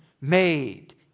made